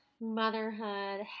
motherhood